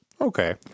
Okay